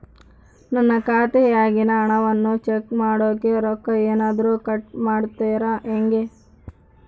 ನನ್ನ ಖಾತೆಯಾಗಿನ ಹಣವನ್ನು ಚೆಕ್ ಮಾಡೋಕೆ ರೊಕ್ಕ ಏನಾದರೂ ಕಟ್ ಮಾಡುತ್ತೇರಾ ಹೆಂಗೆ?